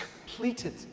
completed